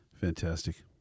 Fantastic